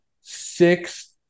six